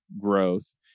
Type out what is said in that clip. growth